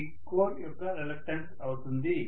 ఇది కోర్ యొక్క రిలక్టన్స్ అవుతుంది